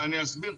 אני אסביר,